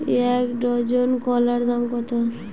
এক ডজন কলার দাম কত?